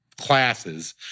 classes